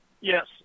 Yes